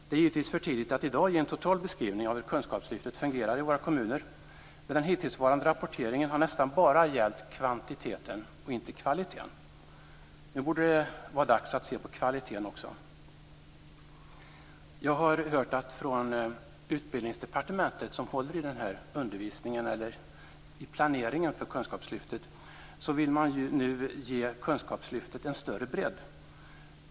Det är givetvis för tidigt att i dag ge en total beskrivning av hur kunskapslyftet fungerar i våra kommuner, men den hittillsvarande rapporteringen har nästan bara gällt kvantiteten och inte kvaliteten. Nu borde det vara dags att också se på kvaliteten. Utbildningsdepartementet, som håller i planeringen för kunskapslyftet, vill nu ge kunskapslyftet en större bredd.